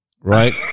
right